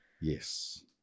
Yes